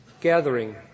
gathering